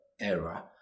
error